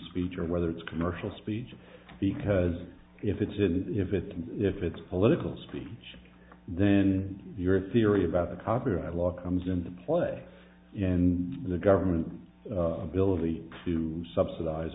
speech or whether it's commercial speech because if it is if it if it's political speech then your theory about the copyright law comes into play in the government ability to subsidize